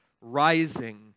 rising